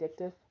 addictive